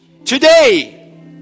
today